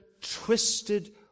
twisted